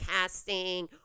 casting